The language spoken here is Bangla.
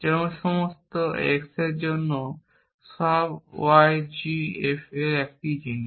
যেমন সব x এর জন্য সব y g f এবং একই জিনিস